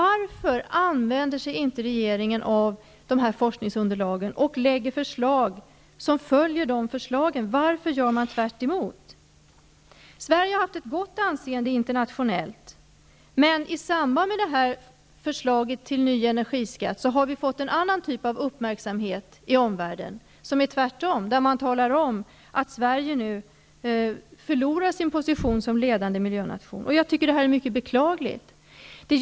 Varför använder sig regeringen inte av de här forskningsunderlagen och lägger fram förslag som överensstämmer med dessa? Varför gör man raka motsatsen? Sverige har haft ett gott anseende internationellt. Men i samband med det här förslaget till ny energiskatt har vi mötts av en annan typ av uppmärksamhet från omvärlden. Nu talar man i stället om att Sverige förlorar sin position som ledande miljönation. Det tycker jag är mycket beklagligt.